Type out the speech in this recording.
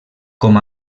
com